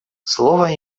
слово